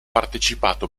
partecipato